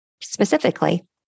Specifically